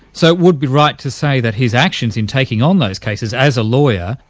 so it would be right to say that his actions in taking on those cases as a lawyer,